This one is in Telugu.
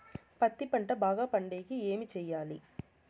పత్తి పంట బాగా పండే కి ఏమి చెయ్యాలి?